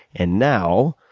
and now,